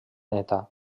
néta